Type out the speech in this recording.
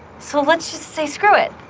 so let's just say screw it